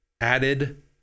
added